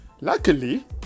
luckily